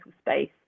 space